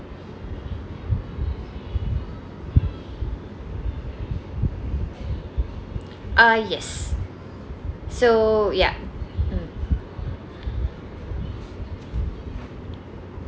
uh yes so yup mm